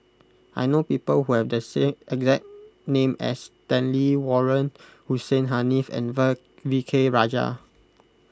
I know people who have the same exact name as Stanley Warren Hussein Haniff and V K Rajah